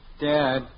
Dad